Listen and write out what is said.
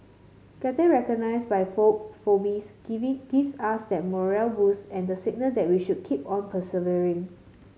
getting recognised by Forbes giving gives us that morale boost and the signal that we should keep on persevering